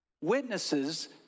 witnesses